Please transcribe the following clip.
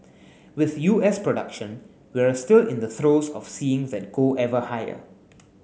with U S production we're still in the throes of seeing that go ever higher